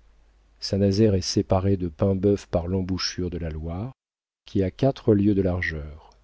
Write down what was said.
année saint-nazaire est séparé de paimbœuf par l'embouchure de la loire qui a quatre lieues de largeur